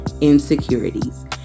insecurities